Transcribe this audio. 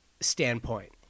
standpoint